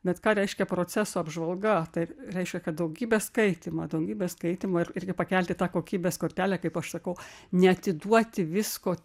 bet ką reiškia proceso apžvalga tai reiškia kad daugybė skaitymo daugybė skaitymo ir irgi pakelti tą kokybės kortelę kaip aš sakau neatiduoti visko